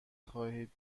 خواهید